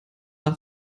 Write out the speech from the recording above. nach